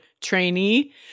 trainee